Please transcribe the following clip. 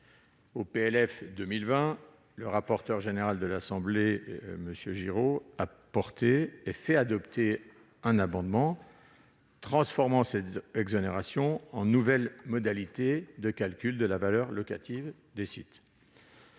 pour 2020, le rapporteur général de l'Assemblée nationale, M. Giraud, a fait adopter un amendement visant à transformer cette exonération en nouvelle modalité de calcul de la valeur locative des sites.